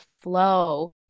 flow